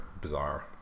bizarre